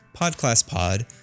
podclasspod